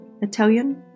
Italian